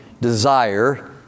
desire